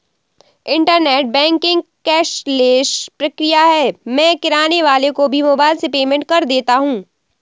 internet banking cashless प्रक्रिया है मैं किराने वाले को भी मोबाइल से पेमेंट कर देता हूँ